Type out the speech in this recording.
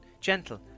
gentle